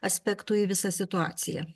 aspekto į visą situaciją